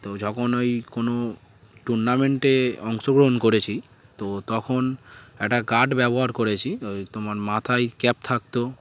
তো যখন ওই কোনো টুর্নামেন্টে অংশগ্রহণ করেছি তো তখন একটা গার্ড ব্যবহার করেছি ওই তোমার মাথায় ক্যাপ থাকত